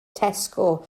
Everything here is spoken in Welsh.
tesco